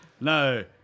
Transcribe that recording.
No